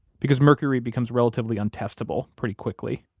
because mercury becomes relatively untestable pretty quickly.